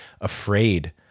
afraid